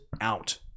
out